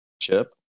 chip